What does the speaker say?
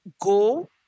go